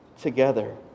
together